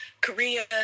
Korea